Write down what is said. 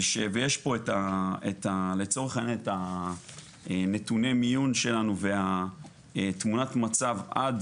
זה שיש פה את נתוני המיון שלנו ותמונת מצב עד